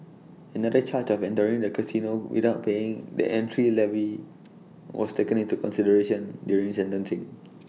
another charge of entering the casino without paying the entry levy was taken into consideration during sentencing